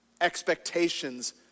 Expectations